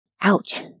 Ouch